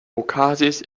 okazis